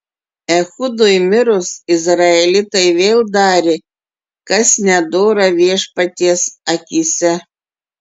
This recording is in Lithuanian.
ehudui mirus izraelitai vėl darė kas nedora viešpaties akyse